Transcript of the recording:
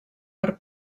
per